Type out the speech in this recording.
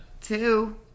Two